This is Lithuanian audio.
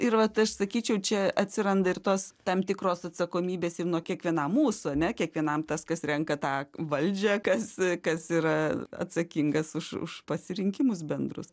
ir vat aš sakyčiau čia atsiranda ir tos tam tikros atsakomybės ir nu kiekvienam mūsų ane kiekvienam tas kas renka tą valdžią kas kas yra atsakingas už už pasirinkimus bendrus